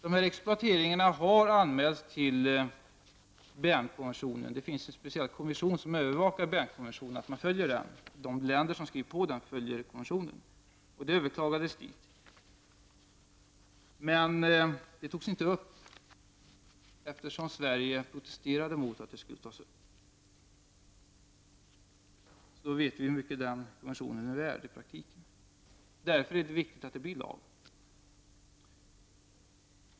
De här exploateringarna har anmälts till den speciella kommission som övervakar att de länder som har skrivit på Bernkonventionen följer den, och ärendet överklagades dit. Det togs dock inte upp, eftersom Sverige protesterade mot detta. Då vet vi hur mycket den konventionen är värd i praktiken. Därför är det viktigt att det blir en lag.